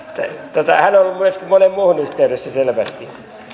hän on ollut myöskin moneen muuhun yhteydessä selvästi